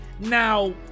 Now